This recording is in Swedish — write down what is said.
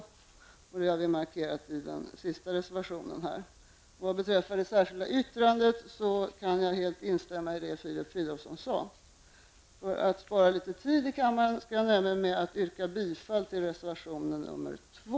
En markering från vår sida återfinns i den sista reservationen, reservation 7. Vad beträffar det särskilda yttrandet kan jag helt instämma i vad Filip Fridolfsson sade. För att spara litet tid för kammaren skall jag nöja mig med att yrka bifall till reservation 2.